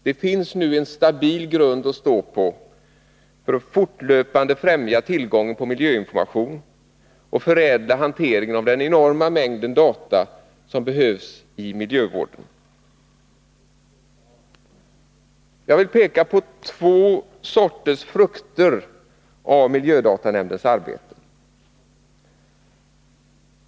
Det finns nu en stabil grund att stå på för att fortlöpande främja tillgången på miljöinformation och förädla hanteringen av den enorma mängd data som behövs i miljövården. Jag vill peka på två sorters frukter av miljödatanämndens arbete.